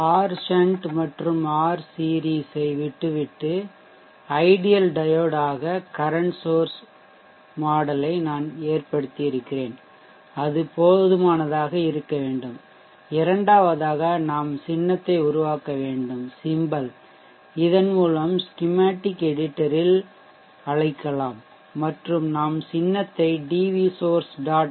R shunt மற்றும் R series R shunt R series விட்டு விட்டு ஐடியல் டையோடு ஆக கரன்ட் சோர்ஷ் மாதிரிமாடல் ஐ நான் ஏற்படுத்தியிருக்கிறேன் அது போதுமானதாக இருக்க வேண்டும் இரண்டாவதாக நாம் சின்னத்தை உருவாக்க வேண்டும் இதன் மூலம் ஸ்கிமேட்டிக் எடிட்டரில் அழைக்கலாம் மற்றும் நாம் சின்னத்தை DV source